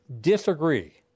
disagree